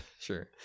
Sure